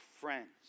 friends